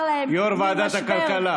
שנשאר להם ממשבר, יו"ר ועדת הכלכלה